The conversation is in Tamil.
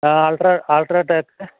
ah ultra ultra tech